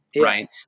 right